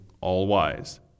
all-wise